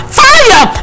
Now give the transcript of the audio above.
fire